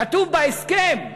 כתוב בהסכם,